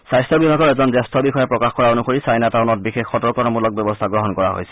স্বাস্থ্য বিভাগৰ এজন জ্যেষ্ঠ বিষয়াই প্ৰকাশ কৰা অনুসৰি চাইনা টাউনত বিশেষ সতৰ্কতামূলক ব্যৱস্থা গ্ৰহণ কৰা হৈছে